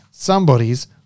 Somebody's